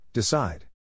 Decide